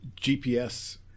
GPS